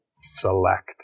select